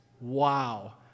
Wow